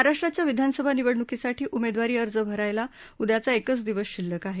महाराष्ट्राच्या विधानसभा निवडणुकीसाठी उमेदवारी अर्ज भरायला उद्याचा एकच दिवस शिल्लक आहे